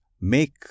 make